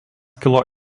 kilo